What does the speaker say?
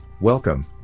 Welcome